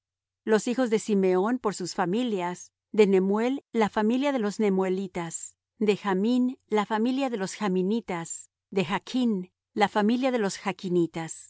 los hijos de simeón por sus familias de nemuel la familia de los nemuelitas de jamín la familia de los jaminitas de jachn la familia de los